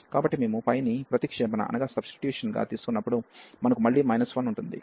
కాబట్టి మేముని ప్రతిక్షేపణగా తీసుకున్నప్పుడు మనకు మళ్ళీ 1 ఉంటుంది